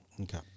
Okay